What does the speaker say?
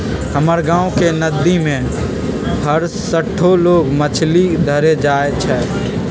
हमर गांव के नद्दी में हरसठ्ठो लोग मछरी धरे जाइ छइ